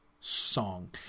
song